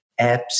apps